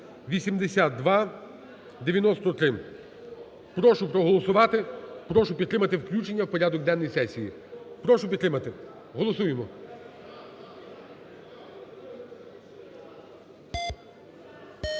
Прошу проголосувати, прошу підтримати включення в порядок денний сесії. Прошу підтримати, голосуємо.